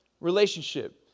relationship